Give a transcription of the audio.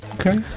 okay